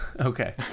Okay